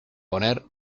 poner